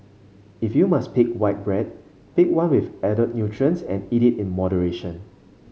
if you must pick white bread pick one with added nutrients and eat it in moderation